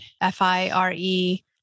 F-I-R-E